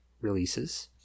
releases